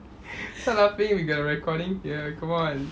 stop laughing we got a recording here come on